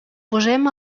posem